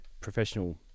professional